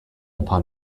upon